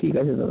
ঠিক আছে দাদা